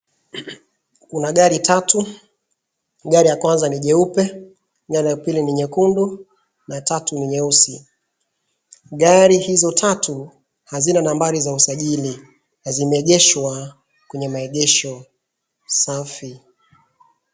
Kuna gari tatu, gari ya kwanza ni jeupe na la pili ni nyekundu na tatu ni nyeusi. Gari hizo tatu hazina nambari za usajili na zimeegeshwa kwenye maegesho safi.